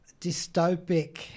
dystopic